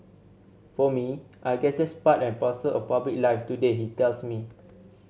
for me I guess that's part and parcel of public life today he tells me